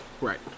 Right